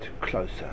closer